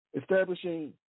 establishing